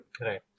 right